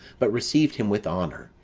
but received him with honour,